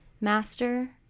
master